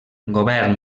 govern